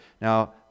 Now